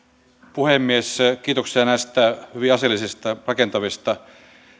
puhemies kiitoksia näistä hyvin asiallisista rakentavista